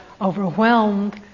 overwhelmed